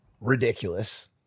ridiculous